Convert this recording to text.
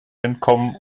entkommen